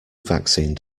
vaccine